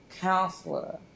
counselor